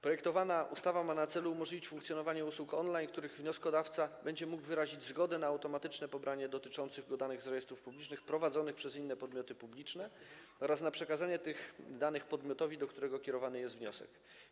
Projektowana ustawa ma na celu umożliwienie funkcjonowania usług on-line, których wnioskodawca będzie mógł wyrazić zgodę na automatyczne pobranie dotyczących go danych z rejestrów publicznych prowadzonych przez inne podmioty publiczne oraz na przekazanie tych danych podmiotowi, do którego kierowany jest wniosek.